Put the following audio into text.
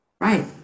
Right